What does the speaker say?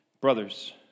Brothers